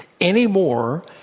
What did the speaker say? anymore